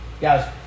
Guys